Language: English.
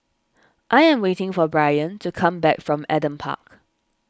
I am waiting for Brien to come back from Adam Park